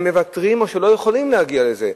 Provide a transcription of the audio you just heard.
הם מוותרים או לא יכולים להגיע לזה.